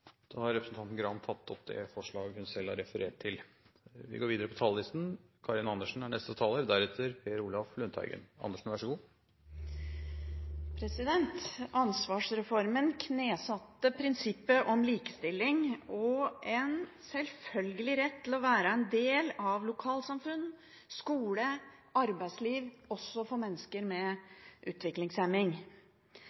Representanten Sylvi Graham har tatt opp det forslaget hun refererte til. Ansvarsreformen knesatte prinsippet om likestilling og en selvfølgelig rett til å være en del av lokalsamfunn, skole og arbeidsliv – også for mennesker med utviklingshemning. Det er en stund siden reformen kom. Erfaringene viser at dessverre har en del